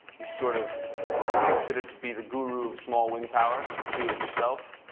he's sort of considered to be the guru of small wind power, do it yourself.